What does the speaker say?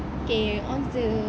okay ons jer